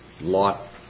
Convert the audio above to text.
lot